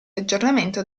aggiornamento